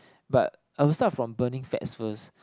but I will start from burning fats first